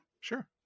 sure